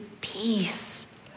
peace